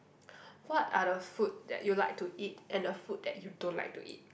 what are the food that you like to eat and the food that you don't like to eat